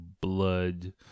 blood